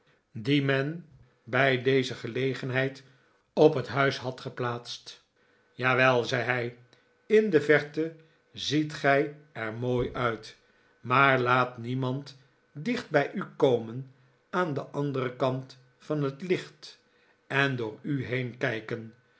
die men bij deze gelegenheid op het huis had geplaatst jawel zei hij in de vferte ziet gij er mooi uit maar laat niemand dichtbij u komen aan den anderen kant van het licht en door u